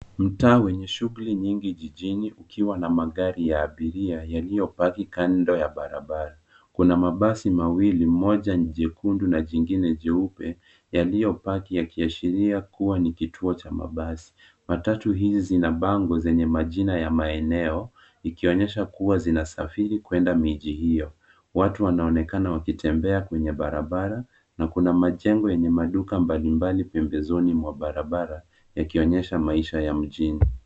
Mtaa wenye shughuli nyingi jijini ukiwa na magari ya abiria, yaliyopaki kando ya barabara. Kuna mabasi mawili, moja ni jekundu na jingine jeupe, yaliyopaki yakiashiria kuwa ni kituo cha mabasi. Matatu hizi zina bango zenye majina ya maeneo, ikionyesha kuwa zinasafiri kwenda miji hiyo. Watu wanaonekana wakitembea kwenye barabara, na kuna majengo yenye maduka mbalimbali pembezoni mwa barabara, yakionyesha maisha ya mjini.